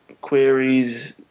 queries